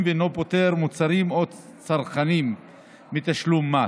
ואינו פוטר מוצרים או צרכנים מתשלום מס.